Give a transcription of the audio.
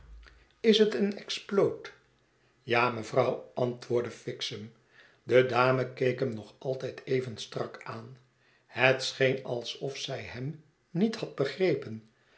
is het een exploot ja mevrouw antwoordde fixem de dame keek hem nog altijd even strak aan het scheen alsof zij hem niet had begrepeh